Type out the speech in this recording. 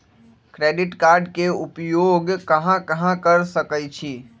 Credit card के उपयोग कहां कहां कर सकईछी?